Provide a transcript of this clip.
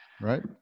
Right